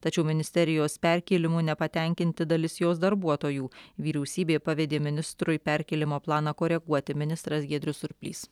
tačiau ministerijos perkėlimu nepatenkinti dalis jos darbuotojų vyriausybė pavedė ministrui perkėlimo planą koreguoti ministras giedrius surplys